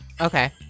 Okay